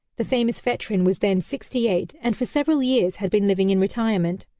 the famous veteran was then sixty-eight and for several years had been living in retirement.